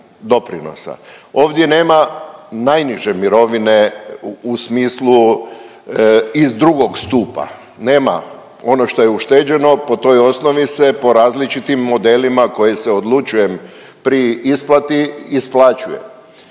Ovdje nema najniže mirovine u smislu iz II. stup, nema, ono što je ušteđeno po toj osnovi se po različitim modelima koje se odlučujem pri isplati, isplaćuje.